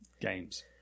Games